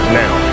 now